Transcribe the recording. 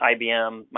IBM